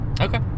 Okay